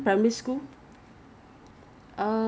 老师 right so how ah 全校全校